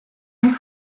une